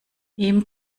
ihm